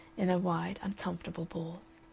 in a wide, uncomfortable pause.